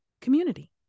community